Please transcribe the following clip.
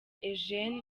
eugene